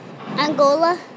Angola